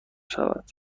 شود